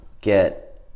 get